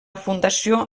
fundació